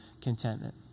contentment